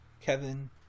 Kevin